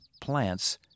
plants